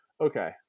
okay